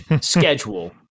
schedule